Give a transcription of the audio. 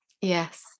yes